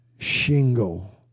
shingle